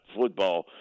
football